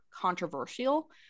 controversial